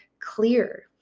clear